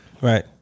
Right